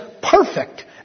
perfect